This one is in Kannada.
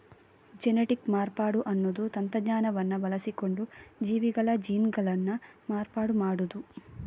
ಜೆನೆಟಿಕ್ ಮಾರ್ಪಾಡು ಅನ್ನುದು ತಂತ್ರಜ್ಞಾನವನ್ನ ಬಳಸಿಕೊಂಡು ಜೀವಿಗಳ ಜೀನ್ಗಳನ್ನ ಮಾರ್ಪಾಡು ಮಾಡುದು